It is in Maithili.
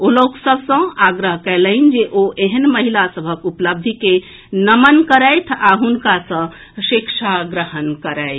ओ लोक सभ सँ आग्रह कयलनि जे ओ एहेन महिला सभक उपलब्धि के नमन करथि आ हुनका सँ शिक्षा ग्रहण करथि